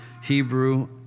Hebrew